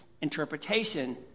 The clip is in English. interpretation